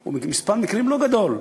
הוא לא גדול,